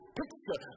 picture